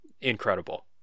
incredible